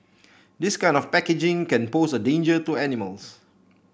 this kind of packaging can pose a danger to animals